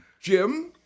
Jim